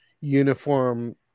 uniform